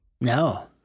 No